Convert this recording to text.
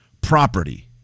property